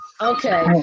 Okay